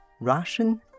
Russian